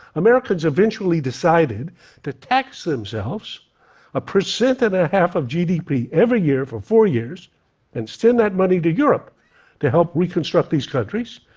americans eventually decided to tax themselves a percent and a half of gdp every year for four years and send that money to europe to help reconstruct these countries,